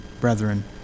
brethren